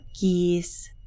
geese